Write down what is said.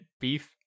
beef